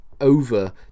over